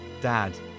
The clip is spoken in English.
Dad